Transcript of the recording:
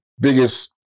biggest